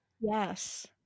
Yes